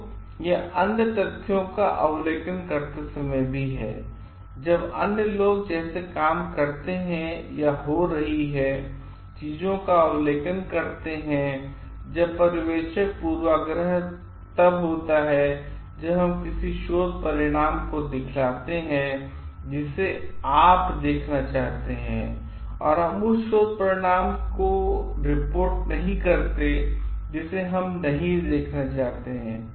तो यह अन्य तथ्यों का अवलोकन करते समय भी है अन्य लोग जैसे काम करते हैं या हो रही चीजों का अवलोकन करते हैं तब पर्यवेक्षक पूर्वाग्रह तब होता है जब हम किसी शोध परिणाम को दिखलाते हैं जिसे आप देखना चाहते हैं और हम उस शोध परिणाम को रिपोर्ट नहीं करते हैं जिसे हम देखना नहीं चाहते हैं